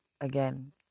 again